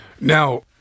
now